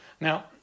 Now